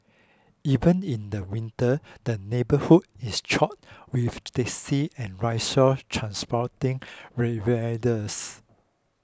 even in the winter the neighbourhood is choked with taxis and rickshaws transporting revellers